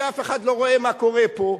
כי אף אחד לא רואה מה קורה פה,